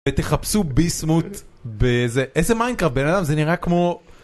תחפשו ביסמוט באיזה... איזה מיינקראפט בן אדם זה נראה כמו...